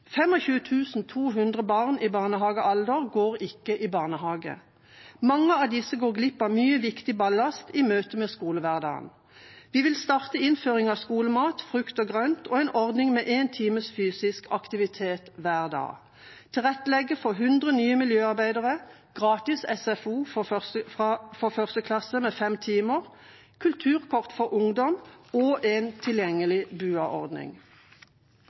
makspris. 25 200 barn i barnehagealder går ikke i barnehage. Mange av disse går glipp av mye viktig ballast i møtet med skolehverdagen. Vi vil starte innføring av skolemat, frukt og grønt og en ordning med én times fysisk aktivitet hver dag, tilrettelegge for 100 nye miljøarbeidere, gratis SFO for 1. klasse med fem timer per uke, kulturkort for ungdom og en tilgjengelig